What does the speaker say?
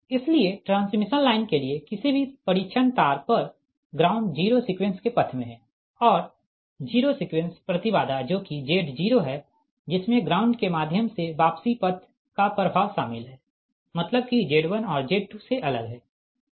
इसलिए transmission line के लिए किसी भी परिरक्षण तार पर ग्राउंड जीरो सीक्वेंस के पथ में है और जीरो सीक्वेंस प्रति बाधा जो कि Z0 है जिसमे ग्राउंड के माध्यम से वापसी पथ का प्रभाव शामिल है मतलब कि Z1 और Z2 से अलग है